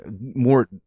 more